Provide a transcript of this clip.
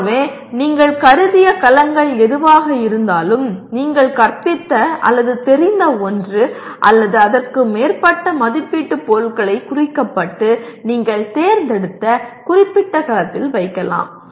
ஆகவே நீங்கள் கருதிய கலங்கள் எதுவாக இருந்தாலும் நீங்கள் கற்பித்த அல்லது தெரிந்த ஒன்று அல்லது அதற்கு மேற்பட்ட மதிப்பீட்டு பொருட்களை குறிக்கப்பட்டு நீங்கள் தேர்ந்தெடுத்த குறிப்பிட்ட கலத்தில் வைக்கலாம்